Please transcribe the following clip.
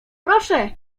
proszę